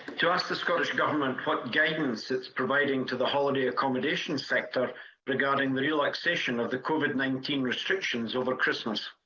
to ask the scottish government what guidance it is providing to the holiday accommodation sector regarding the relaxation of the covid nineteen restrictions over christmas.